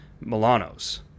Milano's